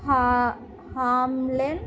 హామ్లేన్